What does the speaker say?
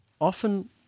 often